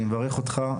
אני מברך אותך.